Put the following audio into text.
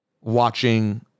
watching